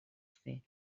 fer